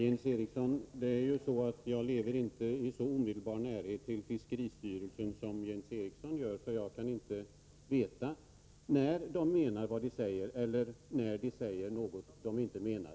Herr talman! Jag lever inte i så omedelbar närhet till fiskeristyrelsen som Jens Eriksson, så jag kan inte veta när man där menar vad man säger eller när man säger något som man inte menar.